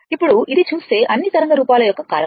ఇప్పుడు ఇది చూస్తే అన్ని తరంగ రూపాల యొక్క కారకం